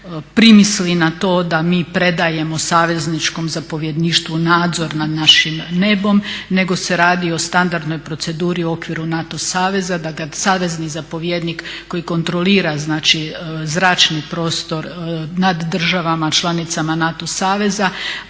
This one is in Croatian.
primisli na to da mi predajemo savezničkom zapovjedništvu nadzor nad našim nebom nego se radi o standardnoj proceduri u okviru NATO saveza da kada savezni zapovjednik koji kontrolira znači zračni prostor nad državama članicama NATO saveza